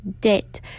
debt